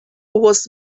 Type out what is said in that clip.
was